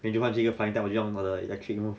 if you want chilli find out 我用我的 electric move